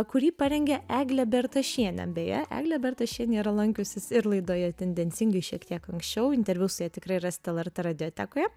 kurį parengė eglė bertašienė beje eglė bertašienė yra lankiusis ir laidoje tendencingai šiek tiek anksčiau interviu su ja tikrai rasite lrt radiotekoje